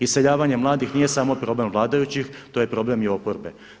Iseljavanje mladih nije samo problem vladajućih to je problem i oporbe.